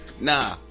nah